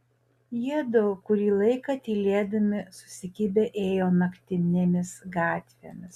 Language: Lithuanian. jiedu kurį laiką tylėdami susikibę ėjo naktinėmis gatvėmis